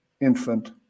infant